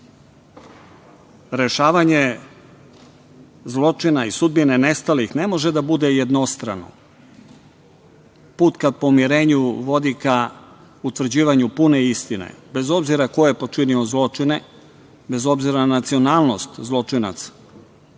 rešavanje zločina i sudbine nestalih ne može da bude jednostrano. Put ka pomirenju vodi ka utvrđivanju pune istine, bez obzira ko je počinio zločine, bez obzira na nacionalnost zločinaca.